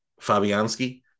Fabianski